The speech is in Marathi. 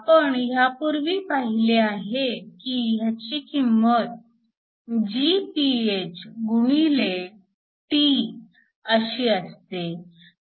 आपण ह्यापूर्वी पाहिले आहे की ह्याची किंमत Gph x τ अशी असते